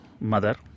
mother